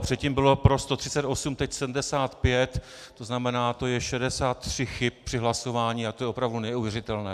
Předtím bylo pro 138, teď 75, to je 63 chyb při hlasování a to je opravdu neuvěřitelné.